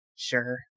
sure